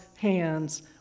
hands